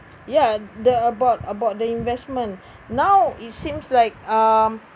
ya the about about the investment now it seems like um